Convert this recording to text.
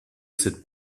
cette